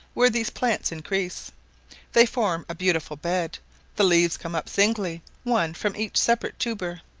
where these plants increase they form a beautiful bed the leaves come up singly, one from each separate tuber.